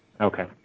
Okay